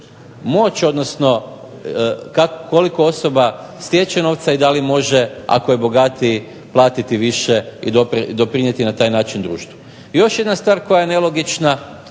moć odnosno koliko osoba stječe novce i da li može ako je bogatiji platiti više i doprinijeti na taj način društvu. Još jedna stvar koja je nelogična